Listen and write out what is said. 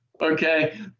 okay